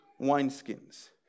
wineskins